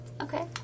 Okay